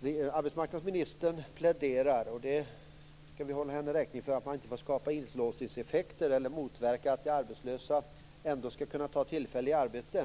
Vi skall hålla arbetsmarknadsministern räkning för att hon pläderar för att man inte får skapa inlåsningseffekter, dvs. motverka att arbetslösa skall kunna ta tillfälliga arbeten.